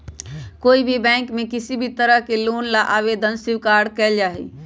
कोई भी बैंक में किसी भी तरह के लोन ला आवेदन स्वीकार्य कइल जाहई